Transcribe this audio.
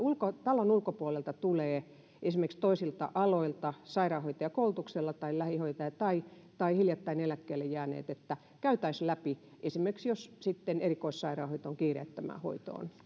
talon ulkopuolelta tulevat esimerkiksi toisilta aloilta sairaanhoitajakoulutuksella tai lähihoitajakoulutuksella tai hiljattain eläkkeelle jääneet käytäisiin läpi esimerkiksi jos erikoissairaanhoitoon kiireettömään hoitoon